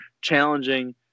challenging